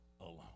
alone